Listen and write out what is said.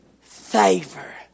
favor